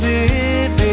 Living